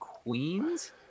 Queens